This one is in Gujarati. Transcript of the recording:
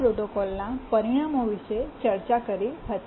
આપણે પ્રોટોકોલ આ પ્રોટોકોલના પરિણામો વિશે ચર્ચા કરી હતી